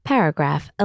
Paragraph